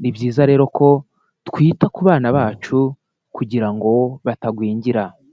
ni byiza rero ko twita ku bana bacu kugira ngo batagwingira.